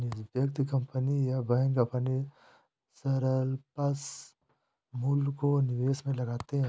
व्यक्ति, कंपनी या बैंक अपने सरप्लस मूल्य को निवेश में लगाते हैं